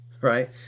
right